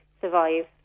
survive